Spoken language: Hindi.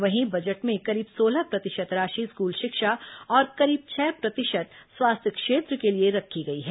वहीं बजट में करीब सोलह प्रतिशत राशि स्कूल शिक्षा और करीब छह प्रतिशत स्वास्थ्य क्षेत्र के लिए रखी गई है